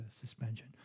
suspension